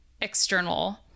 external